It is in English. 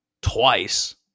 twice